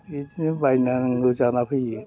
बिदिनो बायना होनांगौ जाना फैयो